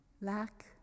lack